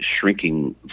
shrinking